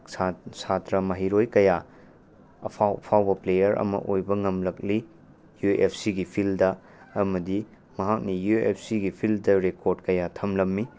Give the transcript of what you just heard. ꯁꯥ ꯁꯥꯇ꯭ꯔꯥ ꯃꯍꯩꯔꯣꯏ ꯀꯌꯥ ꯑꯐꯥꯎ ꯑꯐꯥꯎꯕ ꯄ꯭ꯂꯦꯌꯥꯔ ꯑꯃ ꯑꯣꯏꯕ ꯉꯝꯂꯛꯂꯤ ꯌꯨ ꯑꯦꯐ ꯁꯤꯒꯤ ꯐꯤꯜꯗ ꯑꯃꯗꯤ ꯃꯍꯥꯛꯅ ꯌꯨ ꯑꯦꯐ ꯁꯤꯒꯤ ꯐꯤꯜꯗ ꯔꯦꯀꯣꯔꯗ ꯀꯌꯥ ꯊꯝꯂꯝꯃꯤ